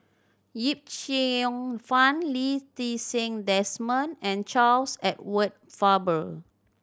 Yip Cheong Fun Lee Ti Seng Desmond and Charles Edward Faber